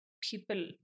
people